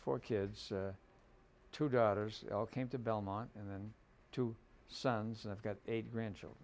four kids two daughters all came to belmont and then two sons and i've got eight grandchildren